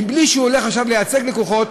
בלי שהוא הולך לייצג לקוחות,